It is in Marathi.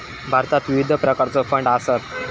भारतात विविध प्रकारचो फंड आसत